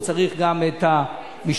הוא צריך גם את המשטרה,